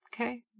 okay